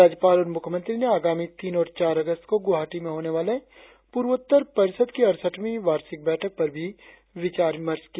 राज्यपाल और मुख्यमंत्री ने आगामी तीन और चार अगस्त को गुवाहाटी में होने वाले पूर्वोत्तर परिषद की अड़सठवी वार्षिक बैठक पर भी विचार विमर्श किया